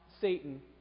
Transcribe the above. Satan